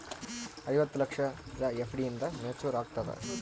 ಐವತ್ತು ಲಕ್ಷದ ಎಫ್.ಡಿ ಎಂದ ಮೇಚುರ್ ಆಗತದ?